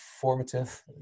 formative